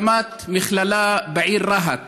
הקמת מכללה בעיר רהט,